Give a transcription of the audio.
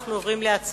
אנחנו עוברים להצבעה.